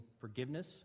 forgiveness